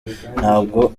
ntabwo